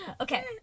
Okay